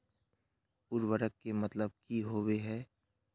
उर्वरक के मतलब की होबे है?